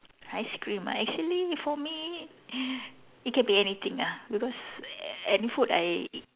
ice cream ah actually for me it can be anything ah because any food I eat